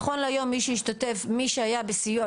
נכון להיום מי שהיה בסיוע,